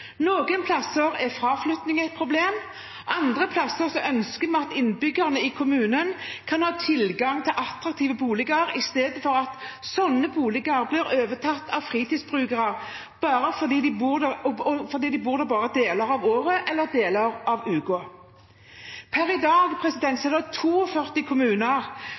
Noen steder er fraflytting et problem. Andre steder ønsker man at innbyggerne i kommunen kan ha tilgang på attraktive boliger i stedet for at slike boliger blir overtatt av fritidsbrukere som bor der bare deler av året eller deler av uka. Per i dag er det 42 kommuner – jeg har svart Stortinget 43, men så har vi fått nye tall, så det er 42 kommuner